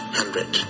hundred